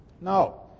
No